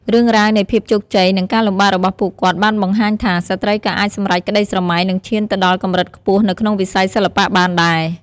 រឿងរ៉ាវនៃភាពជោគជ័យ និងការលំបាករបស់ពួកគាត់បានបង្ហាញថា ស្ត្រីក៏អាចសម្រេចក្ដីស្រមៃ និងឈានទៅដល់កម្រិតខ្ពស់នៅក្នុងវិស័យសិល្បៈបានដែរ។